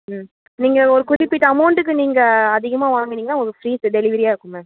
ம் நீங்கள் ஒரு குறிப்பிட்ட அமௌண்ட்டுக்கு நீங்கள் அதிகமாக வாங்குனீங்கனா உங்களுக்கு ஃபிரீ டெலிவரியாக இருக்கும் மேம்